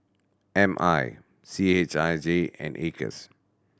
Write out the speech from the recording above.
M I C H I J and Acres